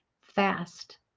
fast